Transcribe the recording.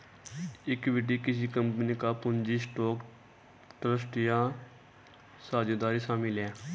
equity किसी company का पूंजी स्टॉक ट्रस्ट या साझेदारी शामिल है